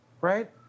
right